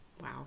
Wow